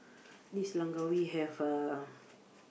this Langkawi have a